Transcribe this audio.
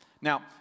Now